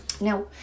now